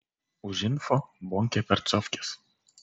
už info bonkė percovkės